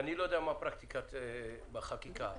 מה הפרקטיקה בחקיקה.